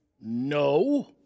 No